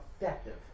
effective